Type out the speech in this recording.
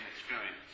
experience